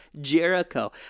Jericho